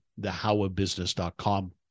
thehowofbusiness.com